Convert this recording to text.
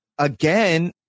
Again